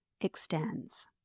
extends